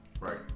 Right